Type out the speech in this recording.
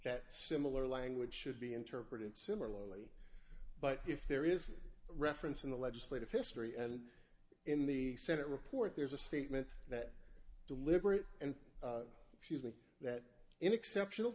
that similar language should be interpreted similarly but if there is a reference in the legislative history and in the senate report there's a statement that deliberate and she isn't that in exceptional